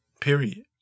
Period